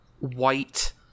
White